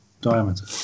diameter